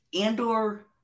Andor